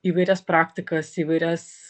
įvairias praktikas įvairias